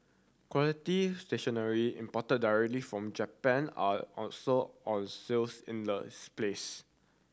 quality stationery imported directly from Japan are also on sales in the place